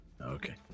Okay